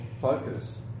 focus